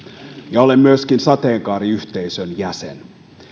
ja olen myöskin sateenkaariyhteisön jäsen